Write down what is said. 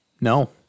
No